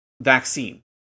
vaccine